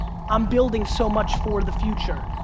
i'm building so much for the future,